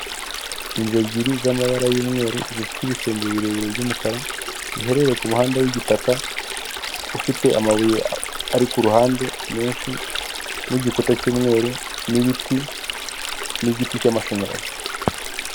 Urubuga rwitwa eni ero eyi cyangwa nashono landi otoriti, rwifashishwa muri repubulika y'u Rwanda, aho itanga ku buryo bwihuse amakuru y'ingenzi ku butaka.